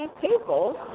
people